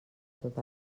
tot